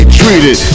treated